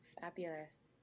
Fabulous